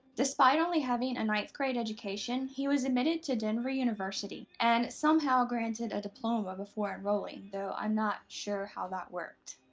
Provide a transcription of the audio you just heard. despite only having a ninth grade education, he was admitted to denver university and somehow granted a diploma before enrolling, though i'm not sure how that worked.